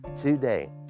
today